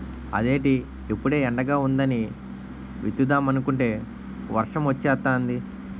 అదేటి ఇప్పుడే ఎండగా వుందని విత్తుదామనుకుంటే వర్సమొచ్చేతాంది